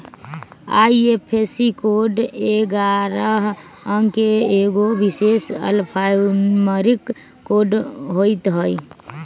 IFSC code ऐगारह अंक के एगो विशेष अल्फान्यूमैरिक कोड होइत हइ